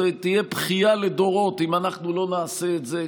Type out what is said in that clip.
זאת תהיה בכייה לדורות אם אנחנו לא נעשה את זה.